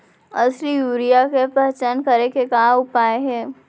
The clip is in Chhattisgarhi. असली यूरिया के पहचान करे के का उपाय हे?